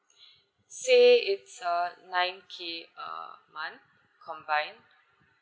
say it's um nine K uh per month combine